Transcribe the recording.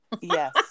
yes